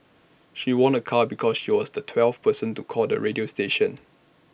she won A car because she was the twelfth person to call the radio station